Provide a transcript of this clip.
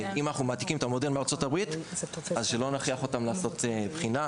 אם אנחנו מעתיקים את המודל מארצות הברית שלא נכריח אותם לעשות בחינה.